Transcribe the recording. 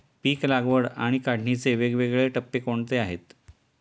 पीक लागवड आणि काढणीचे वेगवेगळे टप्पे कोणते आहेत?